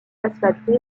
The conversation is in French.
asphaltée